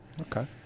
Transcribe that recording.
okay